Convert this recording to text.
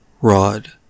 rod